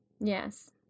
Yes